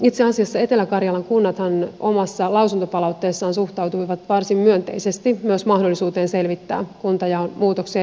itse asiassa etelä karjalan kunnathan omassa lausuntopalautteessaan suhtautuivat varsin myönteisesti myös mahdollisuuteen selvittää kuntajaon muutoksia